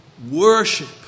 Worship